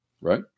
right